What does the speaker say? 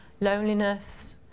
loneliness